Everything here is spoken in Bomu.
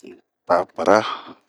Paapara.